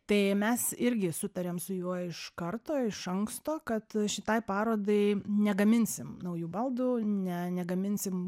tai mes irgi sutarėm su juo iš karto iš anksto kad šitai parodai negaminsim naujų baldų ne negaminsim